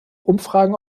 umfragen